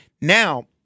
Now